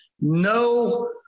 no